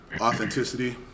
authenticity